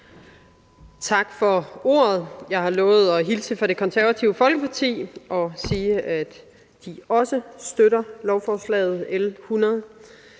Tak for ordet. Jeg har lovet at hilse fra Det Konservative Folkeparti og sige, at de også støtter lovforslag nr. L 100.